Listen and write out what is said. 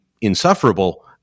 insufferable